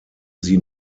sie